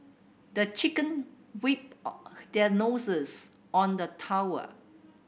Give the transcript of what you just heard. the chicken weep or their noses on the towel